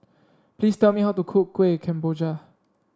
please tell me how to cook Kueh Kemboja